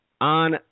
on